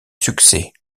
succès